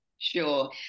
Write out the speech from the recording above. Sure